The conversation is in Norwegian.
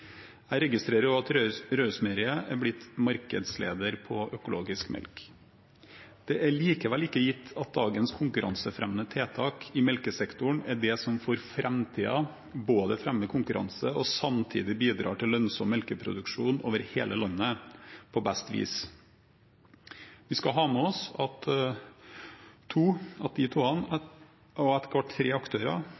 Jeg registrerer også at Rørosmeieriet er blitt markedsleder på økologisk melk. Det er likevel ikke gitt at dagens konkurransefremmende tiltak i melkesektoren er det som for framtiden både fremmer konkurranse og samtidig bidrar til lønnsom melkeproduksjon over hele landet på best vis. Vi skal ha med oss at de to,